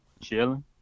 chilling